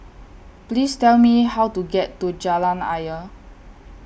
Please Tell Me How to get to Jalan Ayer